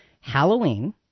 Halloween